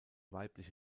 weibliche